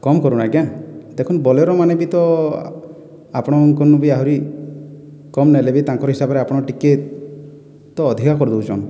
କମ୍ କରୁନ୍ ଆଜ୍ଞା ଦେଖୁନ୍ ବୋଲେରୋ ମାନେ ବି ତ ଆପଣଙ୍କର୍ନୁବି ଆହୁରି କମ୍ ନେଲେ ବି ତାଙ୍କର ହିସାବ୍ରେ ଆପଣ ଟିକେ ତ ଅଧିକା କରିଦୋଉଚନ୍